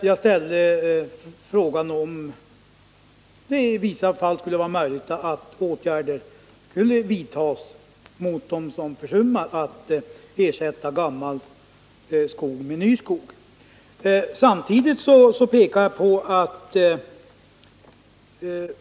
Jag ställde frågan om det i vissa fall kunde vara möjligt att vidta åtgärder mot dem som försummar att ersätta gammal skog med plantering av ny. Samtidigt pekade jag på att det.